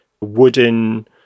wooden